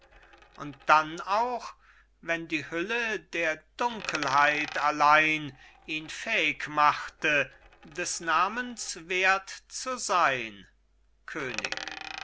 und dann auch wenn die hülle der dunkelheit allein ihn fähig machte des namens wertzusein könig